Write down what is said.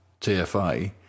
TFA